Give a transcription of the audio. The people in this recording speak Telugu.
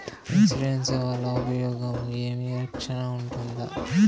ఇన్సూరెన్సు వల్ల ఉపయోగం ఏమి? రక్షణ ఉంటుందా?